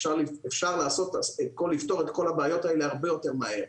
אפשר לפתור את הבעיות האלה הרבה יותר מהר.